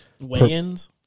weigh-ins